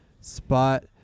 spot